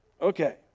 Okay